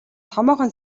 томоохон